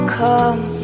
come